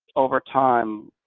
over time,